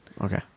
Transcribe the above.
okay